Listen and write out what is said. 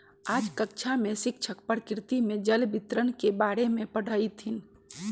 आज कक्षा में शिक्षक प्रकृति में जल वितरण के बारे में पढ़ईथीन